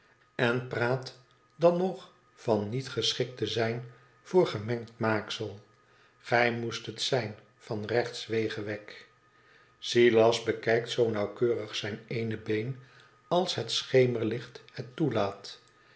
en praat dan nog van niet geschikt te zijn voor gemengd maaksel i gij moest het zijn van rechtswege wegg süas bekijkt zoo nauwkeurig zijn eene been als het schemerlicht het toelaat